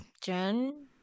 Jen